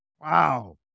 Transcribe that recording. Wow